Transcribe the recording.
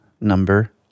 number